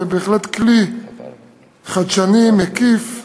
זה בהחלט כלי חדשני, מקיף,